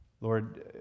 Lord